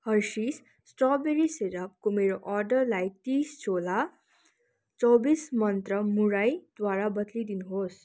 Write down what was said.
Hershey strawberry सिरपको मेरो अर्डरलाई तिस झोला चौबिस मन्त्रा मुराइद्वारा बद्लिदिनुहोस्